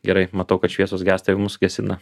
gerai matau kad šviesos gęsta ir mus gesina